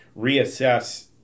reassess